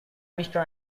minister